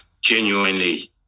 genuinely